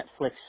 Netflix